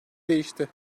değişti